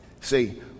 See